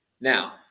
now